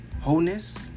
Wholeness